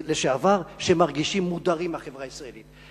שמרגישים ממודרים מהחברה הישראלית.